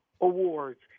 Awards